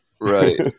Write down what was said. Right